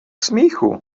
smíchu